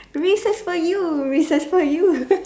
Reeses for you Reeses for you